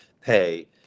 pay